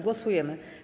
Głosujemy.